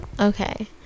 okay